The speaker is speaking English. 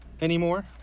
anymore